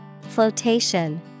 Flotation